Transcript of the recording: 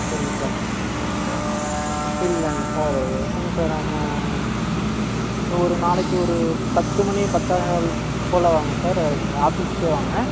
சரிங்க sir sir ஆமாம் ஒரு நாளைக்கு ஒரு பத்து மணி பத்தே கால் போல் வாங்க சார் அது ஆஃபீஸ்க்கே வாங்க